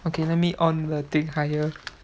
okay let me on the thing higher